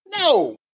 No